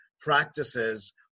practices